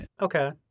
Okay